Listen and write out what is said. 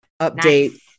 update